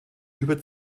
über